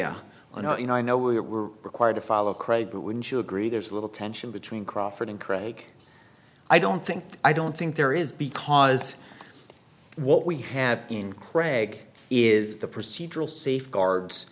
or you know i know we were required to follow craig but wouldn't you agree there's a little tension between crawford and craig i don't think i don't think there is because what we have in creg is the procedural safeguards